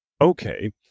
okay